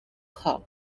club